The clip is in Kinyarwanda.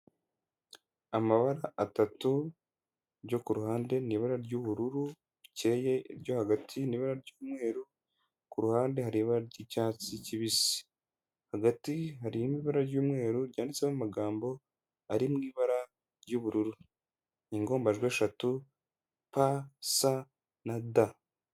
Amabara atatu yo ku ruhande, ni ibara ry'ubururu bukeye, iryo hagati ni ibara ry'umweru, ku ruhande hari ibara ry'icyatsi kibisi, hagati harimo ibara ry'umweru, ryanditseho amagambo ari mu ibara ry'ubururu n'ingombajwishatu pa, sa na da.